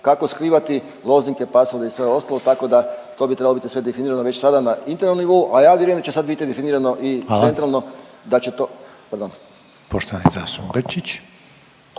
kako skrivati lozinke, pasvorde i sve ostalo tako da to bi trebalo biti sve definirano na internom nivou, a ja vjerujem da će sad bit definirano …/Upadica Reiner: Hvala./… i centralno da će